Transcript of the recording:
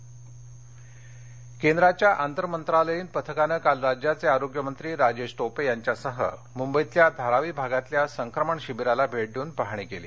केंद्रीय पथक मंबई केंद्राच्या आंतर मंत्रालयीन पथकानं काल राज्याचे आरोग्य मंत्री राजेश टोपे यांच्यासह मंबईतल्या धारावी भागातल्या संक्रमण शिबिराला भेट देऊन पाहणी केली